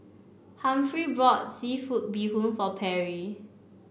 Humphrey bought seafood Bee Hoon for Perry